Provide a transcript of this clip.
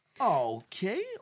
Okay